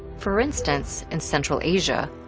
for instance, in central asia,